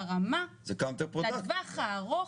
בטווח הארוך